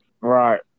Right